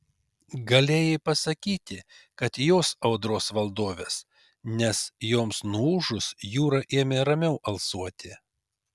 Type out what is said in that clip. galėjai pasakyti kad jos audros valdovės nes joms nuūžus jūra ėmė ramiau alsuoti